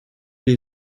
est